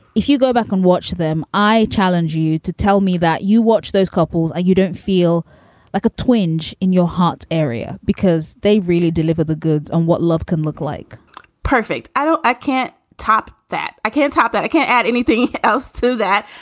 if you go back and watch them. i challenge you to tell me that you watch those couples are you don't feel like a twinge in your heart area because they really deliver the goods on what love can look like perfect. i don't. i can't top that. i can't top that. i can't add anything else to that.